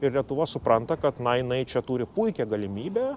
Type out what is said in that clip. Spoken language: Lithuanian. ir lietuva supranta kad na jinai čia turi puikią galimybę